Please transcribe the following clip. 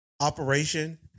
operation